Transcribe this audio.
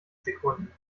sekunden